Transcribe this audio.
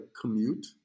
commute